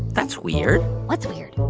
that's weird what's weird?